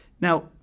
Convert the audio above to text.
Now